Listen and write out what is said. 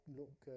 look